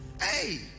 Hey